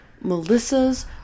Melissa's